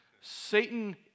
Satan